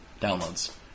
downloads